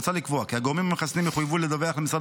מוצע לקבוע כי הגורמים המחסנים יחויבו לדווח למשרד